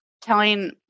telling